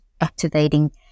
activating